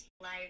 life